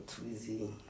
Tweezy